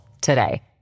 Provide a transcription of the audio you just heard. today